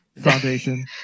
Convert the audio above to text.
foundation